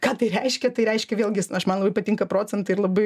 ką tai reiškia tai reiškia vėlgi aš man labai patinka procentai ir labai